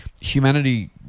humanity